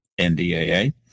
ndaa